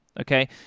okay